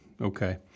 Okay